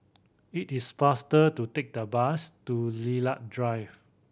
it is faster to take the bus to Lilac Drive